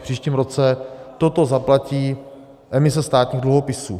V příštím roce toto zaplatí emise státních dluhopisů.